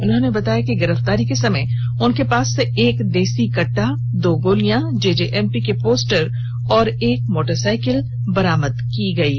उन्होंने बताया कि गिरफ्तारी के समय उनके पास से एक देसी कट्टा दो गोली जेजेएमपी के पोस्टर और एक मोटरसाइकिल बरामद की गयी